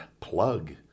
plug